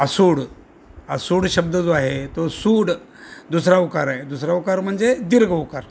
आसूड आसूड शब्द जो आहे तो सूड दुसरा उकार आहे दुसरा उकार म्हणजे दीर्घ उकार